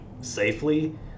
safely